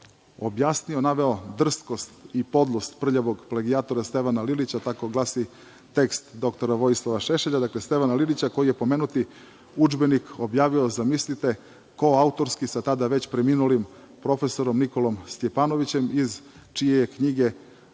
precizno, naveo drskost i podlost prljavog plagijatora Stevana Lilića, kako glasi tekst dr Vojislava Šešelja, dakle Stevana Lilića koji je pomenuti udžbenik objavio, zamislite koautorski sa tada već preminulim prof. Nikolom Stjepanovićem iz čije je knjige